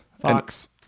Fox